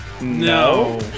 No